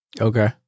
Okay